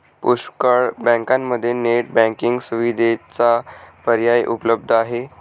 पुष्कळ बँकांमध्ये net banking सुविधेचा पर्याय उपलब्ध आहे